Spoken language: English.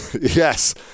Yes